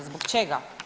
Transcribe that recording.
Zbog čega?